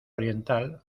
oriental